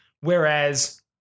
Whereas